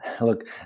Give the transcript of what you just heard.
look